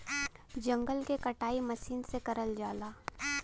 जंगल के कटाई मसीन से करल जाला